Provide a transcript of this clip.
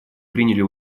приняли